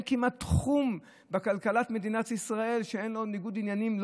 כמעט אין תחום בכלכלת מדינת ישראל שאין לו בו ניגוד עניינים.